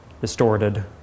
distorted